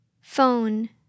Phone